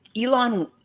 Elon